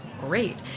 great